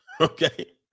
Okay